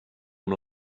amb